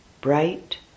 bright